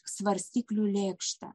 svarstyklių lėkštę